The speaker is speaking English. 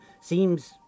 seems